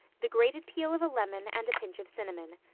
the grated peel of a lemon and a pinch of cinnamon.